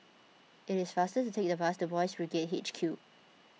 it is faster to take the bus to Boys' Brigade H Q